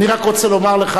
אני רק רוצה לומר לך,